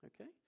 okay